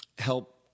help